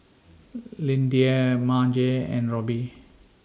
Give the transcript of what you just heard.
Lyndia Marge and Robby